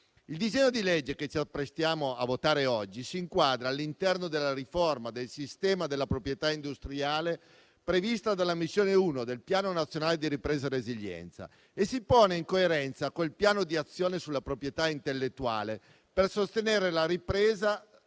Il disegno di legge che ci apprestiamo a votare oggi si inquadra all'interno della riforma del sistema della proprietà industriale, prevista dalla missione 1 del Piano nazionale di ripresa e resilienza e si pone, in coerenza con il Piano di azione sulla proprietà intellettuale per sostenere la ripresa